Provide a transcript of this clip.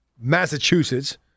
Massachusetts